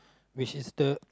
which is the